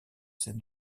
scènes